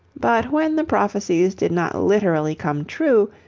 but when the prophecies did not literally come true,